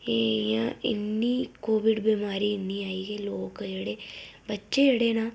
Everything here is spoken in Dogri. एह् इ'यां इन्नी कोविड बमारी इन्नी आई कि लोक जेह्ड़े बच्चे जेह्ड़े न